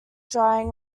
drying